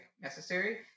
necessary